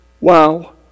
Wow